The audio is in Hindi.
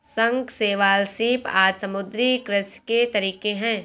शंख, शैवाल, सीप आदि समुद्री कृषि के तरीके है